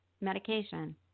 medication